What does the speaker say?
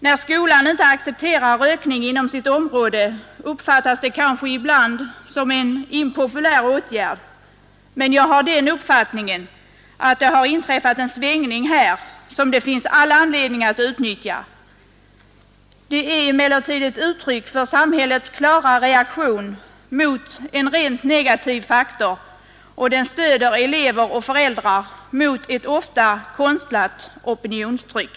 När skolan inte accepterar rökning inom sitt område uppfattas det kanske ibland som impopulärt, men jag har den uppfattningen att det har inträffat en svängning som det finns all anledning att utnyttja. Det skulle vara ett uttryck för samhällets klara reaktion mot en rent negativ faktor och stödja elever och föräldrar mot ett ofta konstlat opinionstryck.